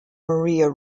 maria